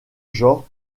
genre